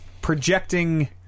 projecting